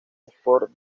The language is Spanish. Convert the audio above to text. sport